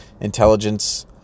intelligence